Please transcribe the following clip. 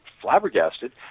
flabbergasted